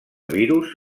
virus